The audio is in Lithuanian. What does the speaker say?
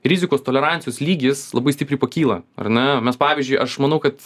rizikos tolerancijos lygis labai stipriai pakyla ar ne mes pavyzdžiui aš manau kad